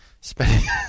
Spending